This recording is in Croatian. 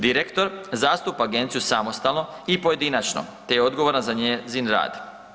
Direktor zastupa agenciju samostalno i pojedinačno te je odgovoran za njezin rad.